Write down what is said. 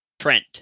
Trent